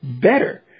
better